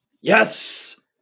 Yes